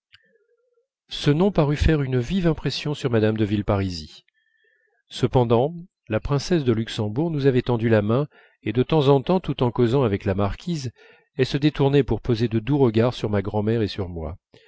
ce nom parut faire une vive impression sur mme de villeparisis cependant la princesse de luxembourg nous avait tendu la main et de temps en temps tout en causant avec la marquise elle se détournait pour poser de doux regards sur ma grand'mère et sur moi